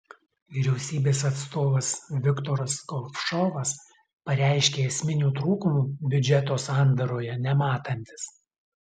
vyriausybės atstovas viktoras kovšovas pareiškė esminių trūkumų biudžeto sandaroje nematantis